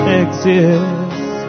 exist